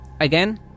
again